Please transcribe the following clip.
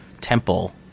temple